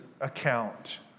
account